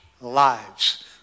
lives